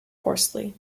hoarsely